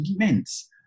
immense